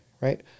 right